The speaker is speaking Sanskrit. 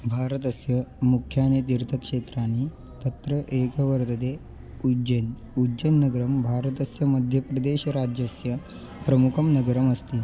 भारतस्य मुख्यानि तीर्थक्षेत्राणि तत्र एकः वर्तते उज्जैन् उज्जैन् नगरं भारतस्य मध्यप्रदेशराज्यस्य प्रमुखं नगरमस्ति